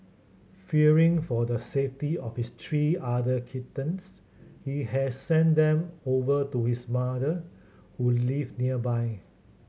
fearing for the safety of his three other kittens he has sent them over to his mother who live nearby